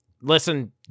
listen